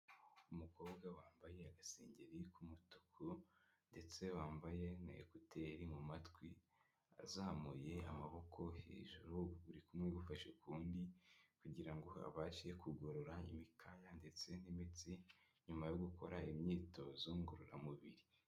Umukobwa wambaye agasengeri k'umutuku, ndetse wambaye na ekuteri mu matwi, azamuye amaboko hejuru buri kumwe gufashe ukundi kugira ngo abashe kugorora imikaya, ndetse n'imitsi, nyuma yo gukora imyitozo ngororamubiri.